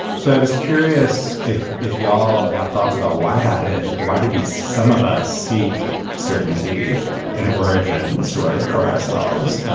so i was curious if if you all have thoughts about why that is. like why do we some of us seek certainty an origin story for ourselves.